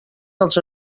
dels